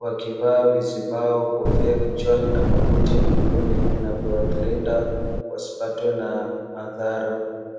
wakivaa vizibao, kofia kichwani na mabuti mguuni, vinavyowalinda wasipatwe na madhara.